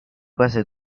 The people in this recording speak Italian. quasi